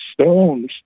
stones